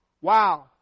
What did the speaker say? Wow